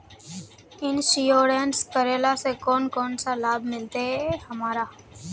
Insurance करेला से कोन कोन सा लाभ मिलते हमरा?